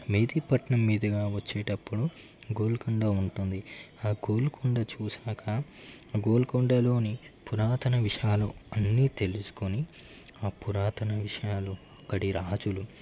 మెహిదీపట్నం మీదుగా వచ్చేటప్పుడు గోల్కొండ ఉంటుంది ఆ గోల్కొండ చూశాక గోల్కొండలోని పురాతన విషయాలు అన్నీ తెలుసుకొని ఆ పురాతన విషయాలు అక్కడి రాజులు